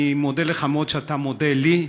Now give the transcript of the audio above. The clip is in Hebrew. אני מודה לך מאוד שאתה מודה לי,